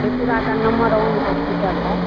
एपुरा का नम्बर one hospital है